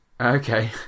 Okay